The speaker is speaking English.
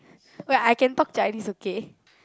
wait I can talk Chinese okay